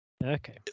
Okay